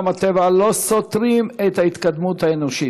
הטבע אינן סותרות את ההתקדמות האנושית.